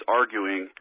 arguing